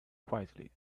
quietly